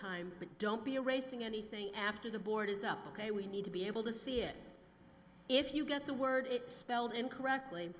time but don't be a racing anything after the board is up ok we need to be able to see it if you get the word it spelled incorrectly